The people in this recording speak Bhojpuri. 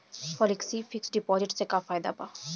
फेलेक्सी फिक्स डिपाँजिट से का फायदा भा?